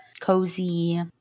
Cozy